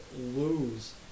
lose